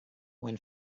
when